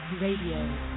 Radio